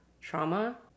trauma